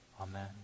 Amen